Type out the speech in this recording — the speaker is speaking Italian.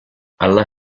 alla